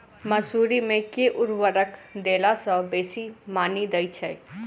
मसूरी मे केँ उर्वरक देला सऽ बेसी मॉनी दइ छै?